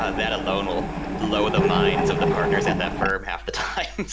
ah that alone will blow the minds of the partners at that firm half the time.